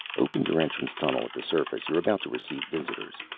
open your entrance tunnel at the surface. you're about to receive visitors.